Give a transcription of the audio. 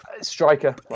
striker